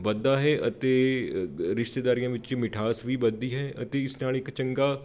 ਵੱਧਦਾ ਹੈ ਅਤੇ ਰਿਸ਼ਤੇਦਾਰੀਆਂ ਵਿੱਚ ਮਿਠਾਸ ਵੀ ਵੱਧਦੀ ਹੈ ਅਤੇ ਇਸ ਨਾਲ ਇੱਕ ਚੰਗਾ